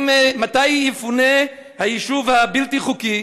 מתי יפונה היישוב הבלתי-חוקי,